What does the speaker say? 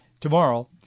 tomorrow